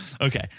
okay